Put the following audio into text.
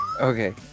Okay